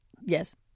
Yes